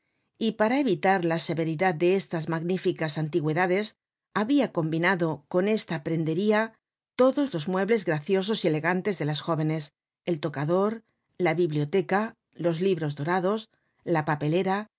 y para evitar la severidad de estas magníficas antigüedades habia combinado con esta prendería todos los muebles graciosos y elegantes de las jóvenes el tocador la biblioteca los libros dorados la papelera